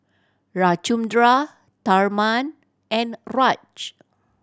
Ramchundra Tharman and Raj